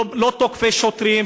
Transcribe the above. לא "תוקפי שוטרים",